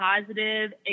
positive